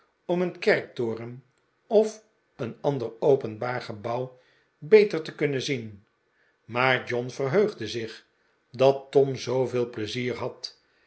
om een kerktoren of een ander openbaar gebouw beter te kunnen zien maar john verheugde zich dat tom zooveel pleizier had